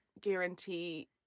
guarantee